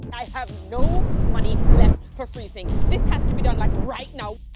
and i have no money left for freezing. this has to be done, like, right now.